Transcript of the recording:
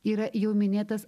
yra jau minėtas